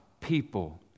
people